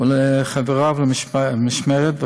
ולחבריו למשמרת,